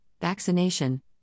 vaccination